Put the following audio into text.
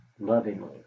lovingly